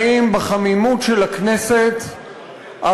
ראשון הדוברים יהיה חבר הכנסת דב חנין,